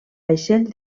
vaixell